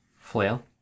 Flail